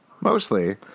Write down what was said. Mostly